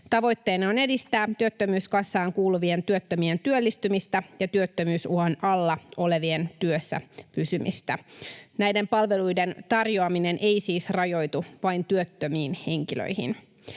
Tavoitteena on edistää työttömyyskassaan kuuluvien työttömien työllistymistä ja työttömyysuhan alla olevien työssä pysymistä. Näiden palveluiden tarjoaminen ei siis rajoitu vain työttömiin henkilöihin.